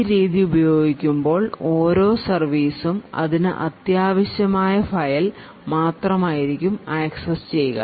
ഈ രീതി ഉപയോഗിക്കുമ്പോൾ ഓരോ സർവീസും അതിന് അത്യാവശ്യമായ ഫയൽ മാത്രമായിരിക്കും ആക്സസ് ചെയ്യുക